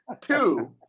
Two